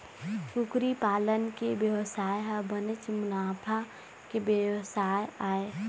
कुकरी पालन के बेवसाय ह बनेच मुनाफा के बेवसाय आय